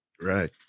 Right